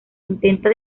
intenta